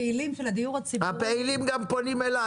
פעילים של הדיור הציבורי בטלפון --- הפעילים פונים גם אליי.